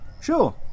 sure